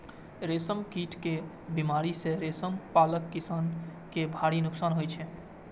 रेशम कीट के बीमारी सं रेशम पालक किसान कें भारी नोकसान होइ छै